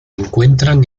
encuentran